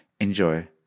Enjoy